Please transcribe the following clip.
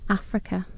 Africa